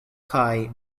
kaj